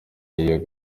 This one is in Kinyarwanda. y’iyo